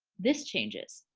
this changes.